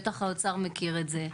בטח האוצר מכיר את זה.